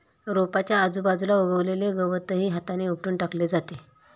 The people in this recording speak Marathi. रोपाच्या आजूबाजूला उगवलेले गवतही हाताने उपटून टाकले जाते